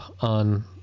on